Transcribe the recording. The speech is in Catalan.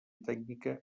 tècnica